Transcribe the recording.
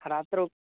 रात्रौ